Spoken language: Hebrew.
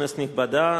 כנסת נכבדה,